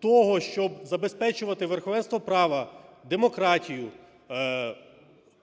того, щоб забезпечувати верховенство права, демократію,